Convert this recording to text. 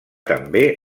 també